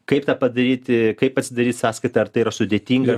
kaip tą padaryti kaip atsidaryt sąskaitą ar tai yra sudėtinga